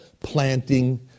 planting